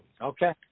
Okay